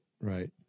right